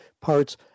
parts